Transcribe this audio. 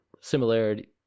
similarity